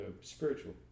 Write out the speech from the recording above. spiritual